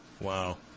Wow